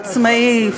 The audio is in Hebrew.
עצמאי,